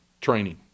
training